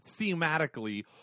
thematically